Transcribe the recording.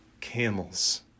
camels